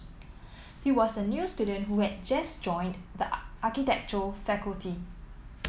he was a new student who had just joined the architecture faculty